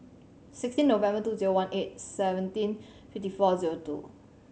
sixteen November two zero one eight seventeen fifty four zero two